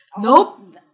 Nope